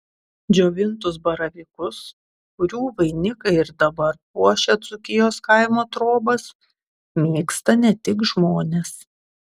džiovintus baravykus kurių vainikai ir dabar puošia dzūkijos kaimo trobas mėgsta ne tik žmonės